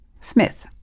Smith